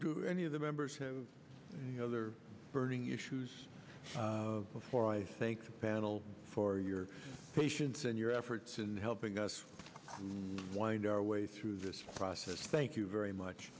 do any of the members of the other burning issues before i think the battle for your patience and your efforts in helping us wind our way through this process thank you very much